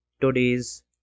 today's